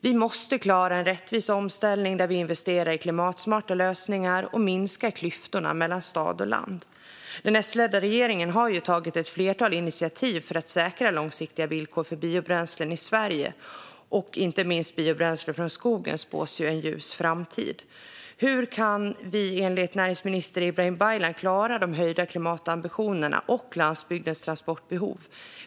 Vi måste klara en rättvis omställning där vi investerar i klimatsmarta lösningar och minskar klyftorna mellan stad och land. Den S-ledda regeringen har tagit ett flertal initiativ för att säkra långsiktiga villkor för biobränslen i Sverige. Inte minst biobränsle från skogen spås en ljus framtid. Hur kan vi, enligt näringsminister Ibrahim Baylan, klara de höjda klimatambitionerna och landsbygdens transportbehov?